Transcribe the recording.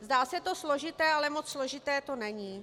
Zdá se to složité, ale moc složité to není.